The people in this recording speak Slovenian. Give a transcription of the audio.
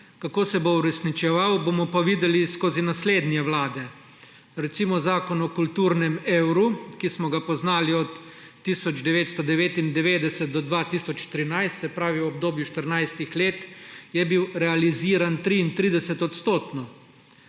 Kako se bo uresničeval, bomo pa videli skozi naslednje vlade. Recimo zakon o kulturnem evru, ki smo ga poznali od 1999 do 2013, se pravi v obdobju 14 let, je bil realiziran 33-odstotno.